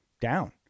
down